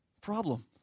problem